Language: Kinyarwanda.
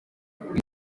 umuntu